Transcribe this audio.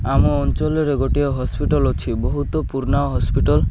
ଆମ ଅଞ୍ଚଳରେ ଗୋଟିଏ ହସ୍ପିଟାଲ୍ ଅଛି ବହୁତ ପୁରୁଣା ହସ୍ପିଟାଲ୍